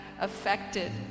affected